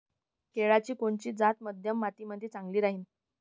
केळाची कोनची जात मध्यम मातीमंदी चांगली राहिन?